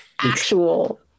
actual